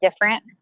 different